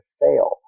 fail